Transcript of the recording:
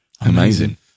Amazing